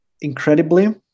incredibly